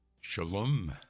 Shalom